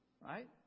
Right